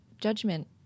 judgment